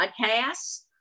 podcasts